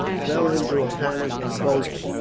fell into a panic and bolted,